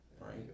Right